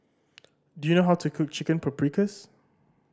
do you know how to cook Chicken Paprikas